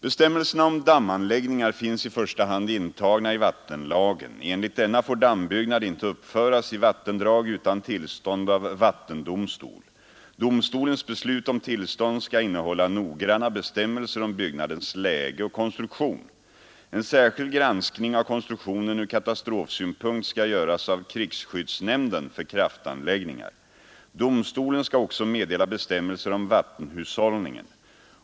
Bestämmelserna om dammanläggningar finns i första hand intagna i vattenlagen. Enligt denna får dammbyggnad inte uppföras i vattendrag utan tillstånd av vattendomstol. Domstolens beslut om tillstånd skall innehålla noggranna bestämmelser om byggnadens läge och konstruktion. En särskild granskning av konstruktionen ur katastrofsynpunkt skall göras av krigsskyddsnämnden för kraftanläggningar. Domstolen skall också meddela bestämmelser om vattenhushållningen.